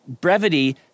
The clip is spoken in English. brevity